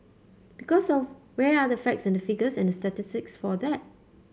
because of where are the facts and the figures and statistics for that